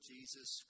Jesus